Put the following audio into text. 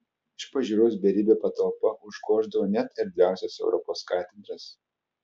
iš pažiūros beribė patalpa užgoždavo net erdviausias europos katedras